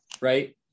Right